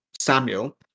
Samuel